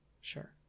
sure